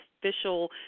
official